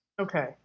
Okay